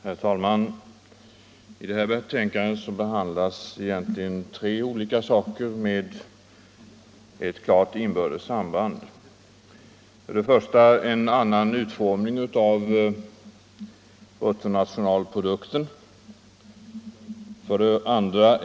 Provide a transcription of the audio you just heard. Herr talman! I det här betänkandet behandlas egentligen tre olika saker med inbördes samband: 1. En annan utformning än den nuvarande av bruttonationalprodukten, 2.